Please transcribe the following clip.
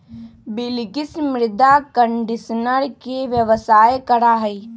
बिलकिश मृदा कंडीशनर के व्यवसाय करा हई